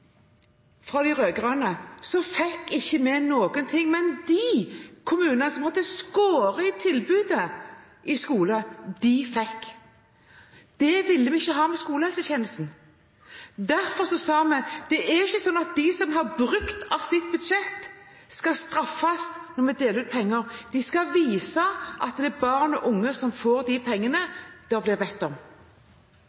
fra de rød-grønne, fikk ikke vi noen ting. Men de kommunene som hadde skåret ned i skoletilbudet, de fikk. Slik ville vi ikke ha det med skolehelsetjenesten. Derfor sa vi at det er ikke sånn at de som har brukt av sitt budsjett, skal straffes når man deler ut penger. De skal vise at det er barn og unge som får de pengene